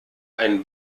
ein